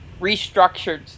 restructured